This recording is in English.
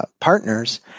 partners